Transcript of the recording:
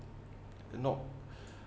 you know